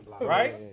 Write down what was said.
Right